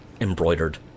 embroidered